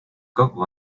kogu